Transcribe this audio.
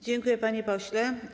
Dziękuję, panie pośle.